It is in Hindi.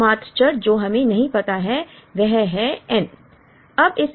एकमात्र चर जो हमें नहीं पता है वह है n